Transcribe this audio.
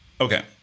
Okay